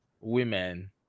women